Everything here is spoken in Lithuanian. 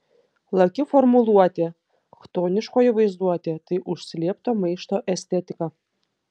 laki formuluotė chtoniškoji vaizduotė tai užslėpto maišto estetika